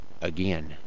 again